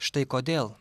štai kodėl